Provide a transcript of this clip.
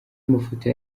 mafoto